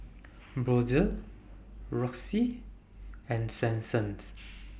Brotzeit Roxy and Swensens